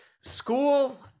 school